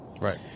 Right